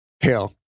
Hell